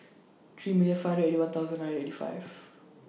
three million five Eighty One thousand nine eighty five